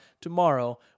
tomorrow